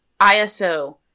ISO